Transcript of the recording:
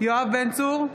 יואב בן צור,